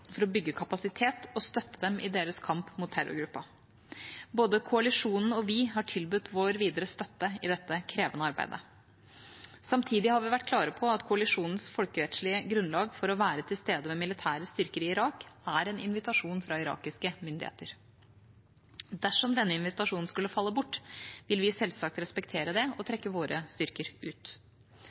for å bygge kapasitet og støtte dem i deres kamp mot terrorgruppen. Både koalisjonen og vi har tilbudt vår videre støtte i dette krevende arbeidet. Samtidig har vi vært klare på at koalisjonens folkerettslige grunnlag for å være til stede med militære styrker i Irak er en invitasjon fra irakiske myndigheter. Dersom denne invitasjonen skulle falle bort, vil vi selvsagt respektere det og trekke våre styrker ut.